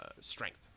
strength